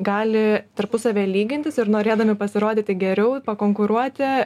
gali tarpusavyje lygintis ir norėdami pasirodyti geriau pakonkuruoti